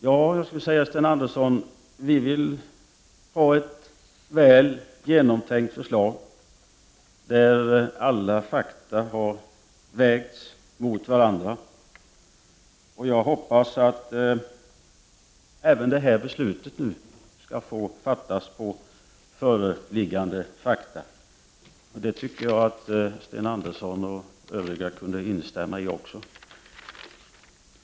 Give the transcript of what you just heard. Ja, Sten Andersson, vi vill ha ett väl genomtänkt förslag, där alla fakta har vägts mot varandra. Jag hoppas att även detta beslut skall få fattas på föreliggande fakta. Det tycker jag att Sten Andersson och även övriga talare kunde instämma i.